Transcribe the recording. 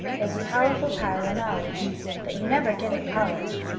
there's a powerful pile o' knowledge that you never get at college,